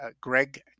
Greg